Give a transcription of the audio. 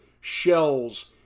shells